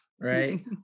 right